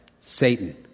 Satan